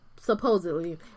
supposedly